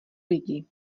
lidi